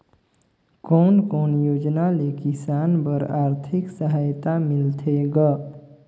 कोन कोन योजना ले किसान बर आरथिक सहायता मिलथे ग?